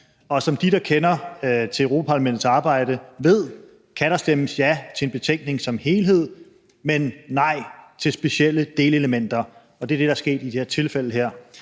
og som de, der kender til Europa-Parlamentets arbejde, ved, kan der stemmes ja til en betænkning som helhed, men nej til specielle delelementer, og det er det, der er sket i det her tilfælde.